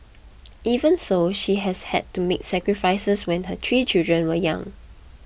even so she has had to make sacrifices when her three children were young